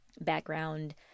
background